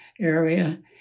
area